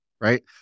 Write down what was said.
right